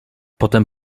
potem